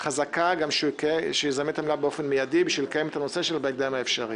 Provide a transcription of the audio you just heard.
חזקה גם שיזמן את המליאה באופן מיידי כדי לקיים את הנושא בהקדם האפשרי.